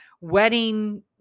wedding